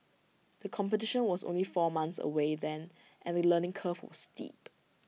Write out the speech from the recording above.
the competition was only four months away then and the learning curve was steep